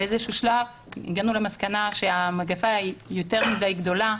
באיזשהו שלב הגענו למסקנה שהמגיפה יותר מדי גדולה,